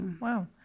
wow